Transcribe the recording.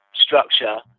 structure